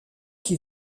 qui